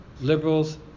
liberals